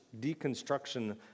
deconstruction